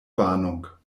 warnung